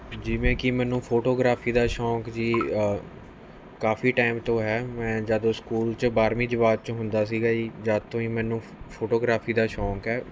ਜਿਵੇਂ ਕੀ ਮੈਨੂੰ ਫੋਟੋਗ੍ਰਾਫੀ ਦਾ ਸ਼ੌਂਕ ਸੀ ਕਾਫੀ ਟਾਈਮ ਤੋਂ ਹੈ ਮੈਂ ਜਦ ਸਕੂਲ 'ਚ ਬਾਰਵੀਂ ਜਮਾਤ 'ਚ ਹੁੰਦਾ ਸੀਗਾ ਜੀ ਜਦ ਤੋਂ ਹੀ ਮੈਨੂੰ ਫੋਟੋਗ੍ਰਾਫੀ ਦਾ ਸ਼ੌਂਕ ਹੈ